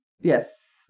Yes